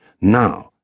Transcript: Now